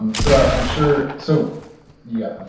um so i'm sure so yeah,